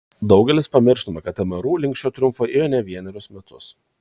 daugelis pamirštame kad mru link šio triumfo ėjo ne vienerius metus